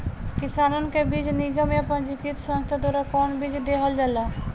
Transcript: किसानन के बीज निगम या पंजीकृत संस्था द्वारा कवन बीज देहल जाला?